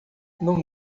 não